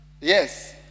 Yes